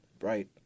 right